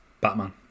Batman